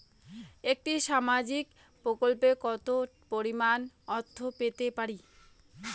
একটি সামাজিক প্রকল্পে কতো পরিমাণ অর্থ পেতে পারি?